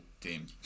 Team